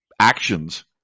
actions